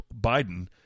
Biden